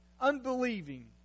unbelieving